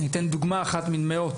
אתן דוגמה אחת מן מאות.